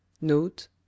Note